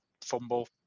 fumble